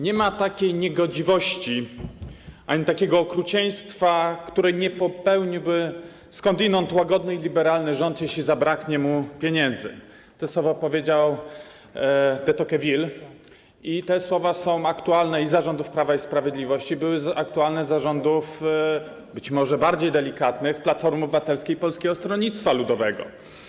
Nie ma takiej niegodziwości ani takiego okrucieństwa, których nie popełniłby skądinąd łagodny i liberalny rząd, jeśli zabraknie mu pieniędzy - te słowa powiedział de Tocqueville i te słowa są aktualne za rządów Prawa i Sprawiedliwości, były aktualne za rządów być może bardziej delikatnych Platformy Obywatelskiej i Polskiego Stronnictwa Ludowego.